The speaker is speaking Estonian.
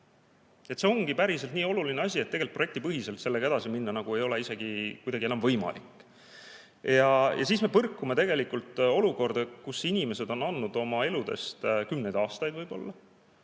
See ongi päriselt nii oluline asi, et tegelikult projektipõhiselt sellega edasi minna ei ole kuidagi enam võimalik. Siis me põrkume tegelikult olukorraga, kus inimesed on andnud oma eludest kümneid aastaid,